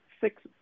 six